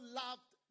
loved